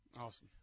Awesome